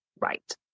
right